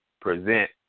present